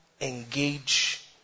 engage